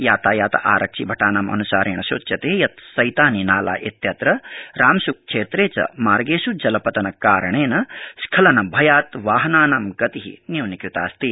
यातायात आरक्षि भटानामन्सारेण सूच्यते यत् शैतानी नाला इत्यत्र रामसू क्षेत्रे च मार्गेष् जलपतन कारणेन स्रवलन भयात् वाहनानां गति न्यूनीकृतास्ति